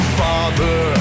father